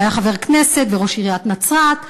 שהיה חבר כנסת וראש עיריית נצרת,